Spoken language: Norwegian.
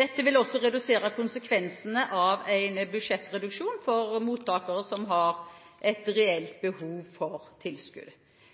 Dette vil også redusere konsekvensene av en budsjettreduksjon for mottakere som har et reelt behov for tilskudd.